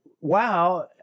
wow